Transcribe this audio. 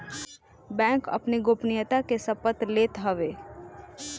bank अपनी गोपनीयता के शपथ लेत हवे